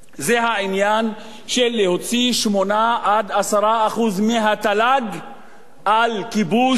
זה העניין של להוציא 8% 10% מהתל"ג על כיבוש,